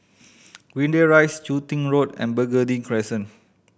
Greendale Rise Chun Tin Road and Burgundy Crescent